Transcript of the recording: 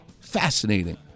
Fascinating